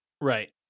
Right